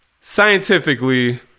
scientifically